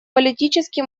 политически